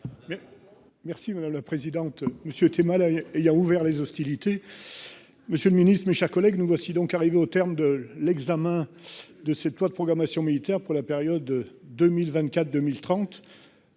Merci madame la présidente, monsieur mal là il y a ouvert les hostilités. Monsieur le Ministre, mes chers collègues, nous voici donc arrivé au terme de l'examen de cette loi de programmation militaire pour la période 2024 2030.